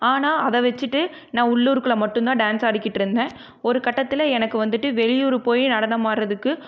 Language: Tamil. ஆனால் அதை வச்சிட்டு நான் உள்ளூர்குள்ளே மட்டுந்தான் டான்ஸ் ஆடிக்கிட்டிருந்தேன் ஒரு கட்டத்தில் எனக்கு வந்துட்டு வெளியூர் போய் நடனமாடுறதுக்கு